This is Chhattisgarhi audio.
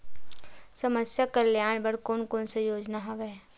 समस्या कल्याण बर कोन कोन से योजना हवय?